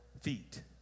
feet